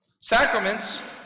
Sacraments